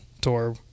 tour